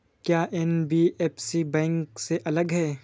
क्या NBFC bank से अलग है?